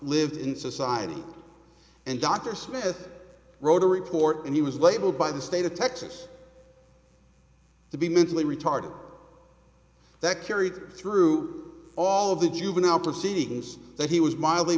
lived in society and dr smith wrote a report and he was labeled by the state of texas to be mentally retarded that carried through all of the juvenile proceedings but he was mildly